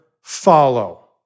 follow